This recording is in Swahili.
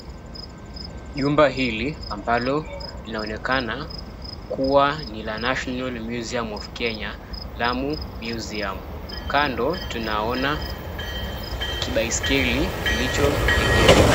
Jumba hili ambalo linaonekana kuwa ni la National Museum of Kenya, Lamu Museum. Kando tunaona kibaiskeli kilichoegeshwa.